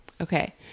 Okay